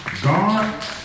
God